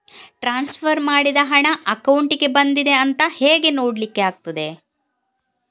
Transfer ಮಾಡಿದ ಹಣ ಅಕೌಂಟಿಗೆ ಬಂದಿದೆ ಅಂತ ಹೇಗೆ ನೋಡ್ಲಿಕ್ಕೆ ಆಗ್ತದೆ?